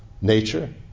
nature